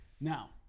Now